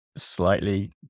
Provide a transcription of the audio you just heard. slightly